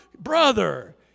brother